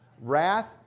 wrath